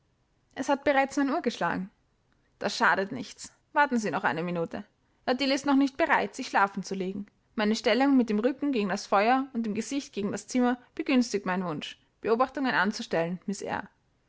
es hat bereits neun uhr geschlagen das schadet nichts warten sie noch eine minute adele ist noch nicht bereit sich schlafen zu legen meine stellung mit dem rücken gegen das feuer und dem gesicht gegen das zimmer begünstigt meinen wunsch beobachtungen anzustellen miß eyre